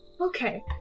Okay